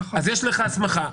אז יש לך הסמכה.